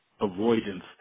avoidance